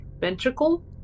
ventricle